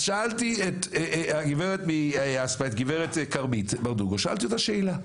אז שאלתי את הגברת כרמית ברדוגו, שאלתי אותה שאלה.